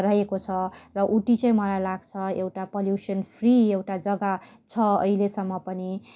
रहेको छ र उटी चाहिँ मलाई लाग्छ एउटा पल्युसन फ्री एउटा जग्गा छ अहिलेसम्म पनि